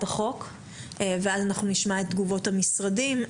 החוק ואז אנחנו נשמע את תגובות המשרדים.